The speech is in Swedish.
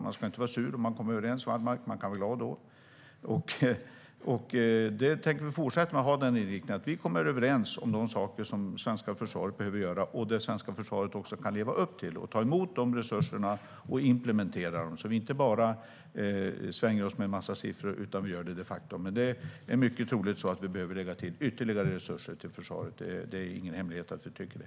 Man ska inte vara sur om man kommer överens, Wallmark - man kan vara glad då. Vi tänker fortsätta att ha den inriktningen. Vi kommer överens om de saker som det svenska försvaret behöver göra och leva upp till: ta emot resurserna och implementera dem. Vi får inte bara svänga oss med en massa siffror utan måste göra detta de facto. Men det är mycket troligt att vi behöver lägga till ytterligare resurser till försvaret; det är ingen hemlighet att vi tycker det.